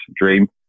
dream